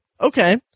okay